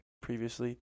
previously